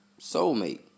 soulmate